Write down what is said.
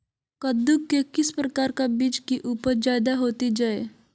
कददु के किस प्रकार का बीज की उपज जायदा होती जय?